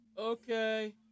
okay